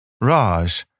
Raj